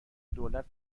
دولت